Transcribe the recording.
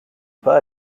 pas